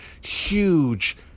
huge